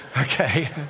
Okay